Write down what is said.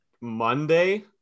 Monday